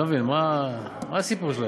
אני לא מבין, מה הסיפור שלהם?